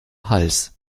hals